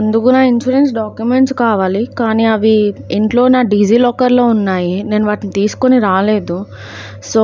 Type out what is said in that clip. అందుకు నా insurance documents కావాలి కానీ అవి ఇంట్లో నా డిజి లాకర్లో ఉన్నాయి నేను వాటిని తీసుకుని రాలేదు సో